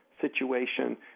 situation